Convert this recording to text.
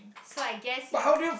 so I guess you